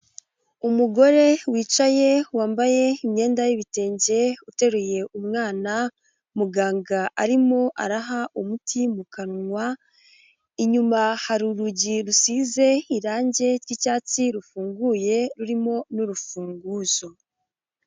Umugore wicaye wambaye imyenda y'ibitenge uteruye umwana muganga arimo araha umuti mu kanwa, inyuma hari urugi rusize irangi ry'icyatsi rufunguye rurimo n'urufunguzo.